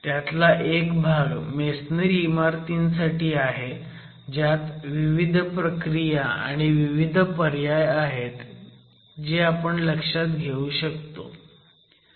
त्यातला एक भाग मेसनरी इमारतींसाठी आहे ज्यात विविध प्रक्रिया आणि विविध पर्याय आहेत जे आपण लक्षात घेऊ शकतो